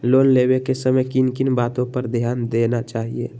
Loan लेने के समय किन किन वातो पर ध्यान देना चाहिए?